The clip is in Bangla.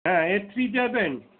হ্যাঁ এ থ্রি যাবেন